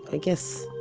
i guess,